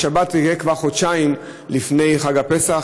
בשבת זה יהיה כבר חודשיים לפני חג הפסח,